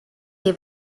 dei